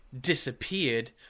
disappeared